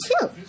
two